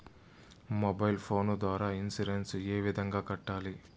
mobile phone ద్వారా insurance ఏ విధంగా కట్టాలి